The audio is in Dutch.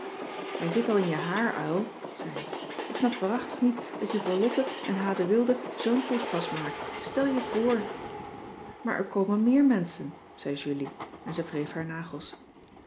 hij zit al in je haar uil zei ik ik snap waarachtig niet dat je voor lotte en h de wilde zoo'n poespas maakt stel je voor maar er komen meer menschen zei julie en ze wreef haar nagels